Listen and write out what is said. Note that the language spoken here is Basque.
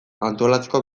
antolatzeko